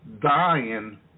dying